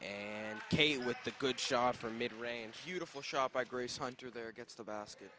and came with a good shot for mid range beautiful shot by grace hunter there gets the basket